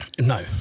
No